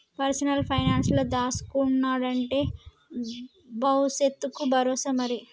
personal పైనాన్సుల దాస్కునుడంటే బవుసెత్తకు బరోసా మరి